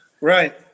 Right